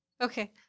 Okay